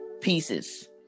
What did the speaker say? pieces